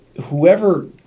Whoever